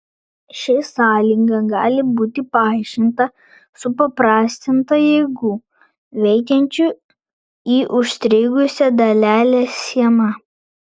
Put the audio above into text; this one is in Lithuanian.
ši sąlyga gali būti paaiškinta supaprastinta jėgų veikiančių į užstrigusią dalelę schema